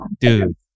Dude